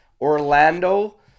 Orlando